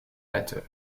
batteur